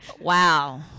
Wow